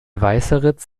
weißeritz